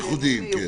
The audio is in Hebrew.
הייחודיים, כן.